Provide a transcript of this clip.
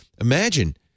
Imagine